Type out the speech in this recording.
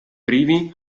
primi